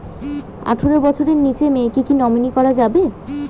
আঠারো বছরের নিচে মেয়েকে কী নমিনি করা যাবে?